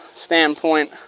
standpoint